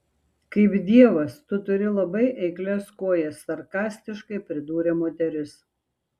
kaip dievas tu turi labai eiklias kojas sarkastiškai pridūrė moteris